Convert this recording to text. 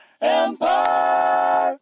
Empire